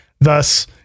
thus